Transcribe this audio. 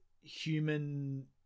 human